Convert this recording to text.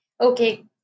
Okay